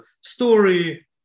story